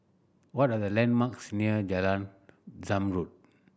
what are the landmarks near Jalan Zamrud